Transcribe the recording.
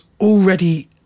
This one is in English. already